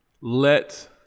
let